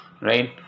Right